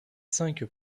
cinq